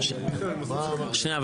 שנייה, אבל